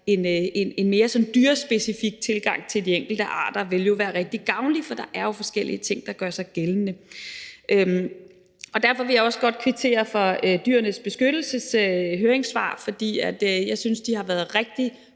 en mere sådan dyrespecifik tilgang til de enkelte arter, hvad der ville være rigtig gavnligt, for der er jo forskellige ting, der gør sig gældende. Derfor vil jeg også godt kvittere for Dyrenes Beskyttelses høringssvar, for jeg synes, det har været rigtig